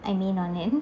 I'm in on it